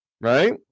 Right